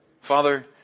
Father